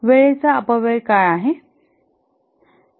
वेळेचा अपव्यय काय आहे